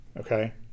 Okay